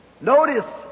notice